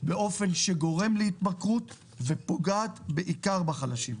באופן שגורם להתמכרות ופוגעת בעיקר בחלשים.